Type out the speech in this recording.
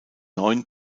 neuen